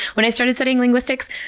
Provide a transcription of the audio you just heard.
when i started studying linguistics.